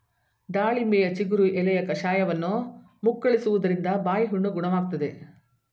ದಾಳಿಂಬೆಯ ಚಿಗುರು ಎಲೆಯ ಕಷಾಯವನ್ನು ಮುಕ್ಕಳಿಸುವುದ್ರಿಂದ ಬಾಯಿಹುಣ್ಣು ಗುಣವಾಗ್ತದೆ